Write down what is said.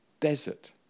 desert